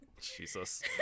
Jesus